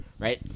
Right